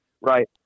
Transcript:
Right